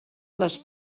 les